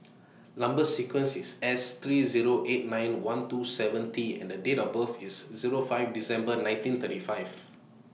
Number sequence IS S three Zero eight nine one two seven T and Date of birth IS Zero five December nineteen thirty five